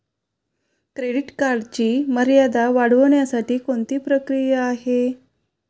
Credit कार्डची मर्यादा वाढवण्यासाठी कोणती प्रक्रिया आहे?